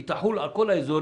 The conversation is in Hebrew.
היא תחול על כל האזורים